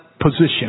position